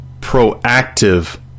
proactive